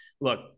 look